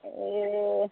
ए